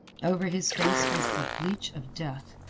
over his face was the bleach of death,